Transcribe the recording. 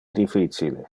difficile